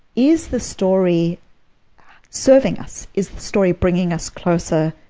is the story serving us? is the story bringing us closer